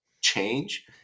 change